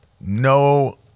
No